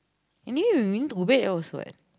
anyway you need to wait also what